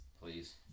Please